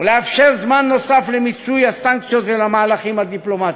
ולאפשר זמן נוסף למיצוי הסנקציות ולמהלכים הדיפלומטיים.